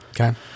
Okay